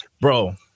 bro